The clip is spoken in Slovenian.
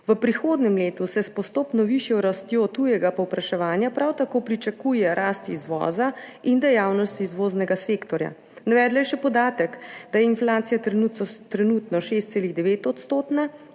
V prihodnjem letu se s postopno višjo rastjo tujega povpraševanja prav tako pričakuje rast izvoza in dejavnost izvoznega sektorja. Navedla je še podatek, da je inflacija trenutno 6,9-odstotna